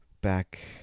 back